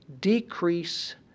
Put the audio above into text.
decrease